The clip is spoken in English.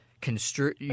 construe